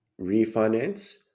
refinance